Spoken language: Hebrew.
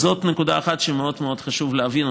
זאת נקודה אחת שמאוד מאוד חשוב להבין.